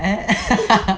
eh